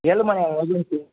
Ezhumalaiyan agency